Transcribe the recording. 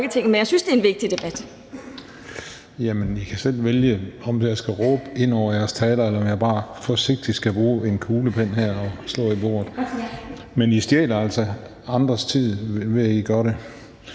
Den fg. formand (Christian Juhl): I kan selv vælge, om jeg skal råbe ind over jeres taler, eller om jeg bare forsigtigt skal bruge en kuglepen og slå i bordet, men I stjæler altså andres tid, når I gør det.